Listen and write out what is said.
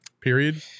Period